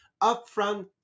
upfront